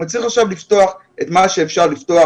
צריך עכשיו לפתוח את מה שאפשר לפתוח.